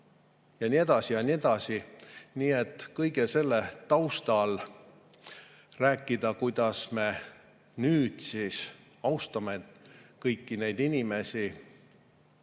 ja nii edasi ja nii edasi. Kõige selle taustal rääkida, kuidas me nüüd austame kõiki neid inimesi,